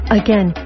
again